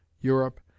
Europe